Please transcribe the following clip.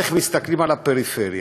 איך מסתכלים על הפריפריה.